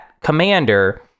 commander